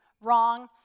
wrong